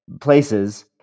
places